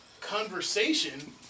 conversation